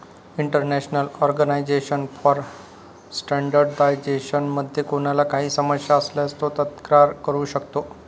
international organisation for standardisation मध्ये कोणाला काही समस्या असल्यास तो तक्रार करू शकतो